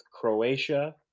Croatia